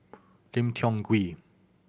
Lim Tiong Ghee